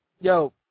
Yo